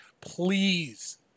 Please